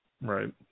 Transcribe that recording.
Right